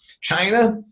China